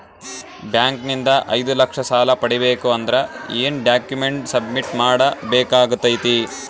Bank ನಿಂದ ಐದು ಲಕ್ಷ ಸಾಲ ಪಡಿಬೇಕು ಅಂದ್ರ ಏನ ಡಾಕ್ಯುಮೆಂಟ್ ಸಬ್ಮಿಟ್ ಮಾಡ ಬೇಕಾಗತೈತಿ?